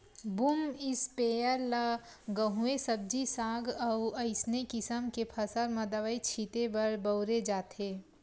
boom sprayer ल गहूँए सब्जी साग अउ असइने किसम के फसल म दवई छिते बर बउरे जाथे